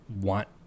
want